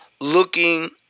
looking